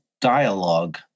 dialogue